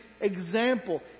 example